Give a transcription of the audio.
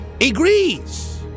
Agrees